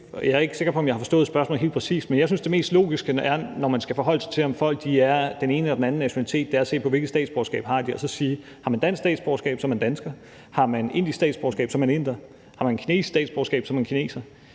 Jeg er ikke sikker på, at jeg har forstået spørgsmålet helt præcist, men jeg synes, det mest logiske, når man skal forholde sig til, om folk er den ene eller den anden nationalitet, er at se på, hvilket statsborgerskab de har, og så sige, at hvis man har dansk statsborgerskab, er man dansker, hvis man har indisk statsborgerskab, er man inder, og hvis man har kinesisk statsborgerskab, er man kineser.